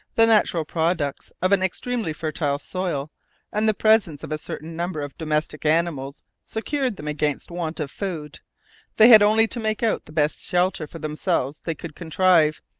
the natural products of an extremely fertile soil and the presence of a certain number of domestic animals secured them against want of food they had only to make out the best shelter for themselves they could contrive,